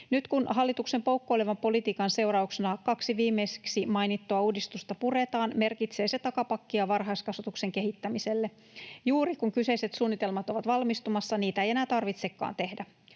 Nyt kun hallituksen poukkoilevan politiikan seurauksena kaksi viimeksi mainittua uudistusta puretaan, merkitsee se takapakkia varhaiskasvatuksen kehittämiselle. Juuri kun kyseiset suunnitelmat ovat valmistumassa, niitä ei enää tarvitsekaan tehdä.